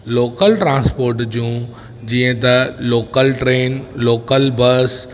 local transport जूं जीअं त लोकल ट्रेन लोकल बस